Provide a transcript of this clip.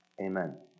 Amen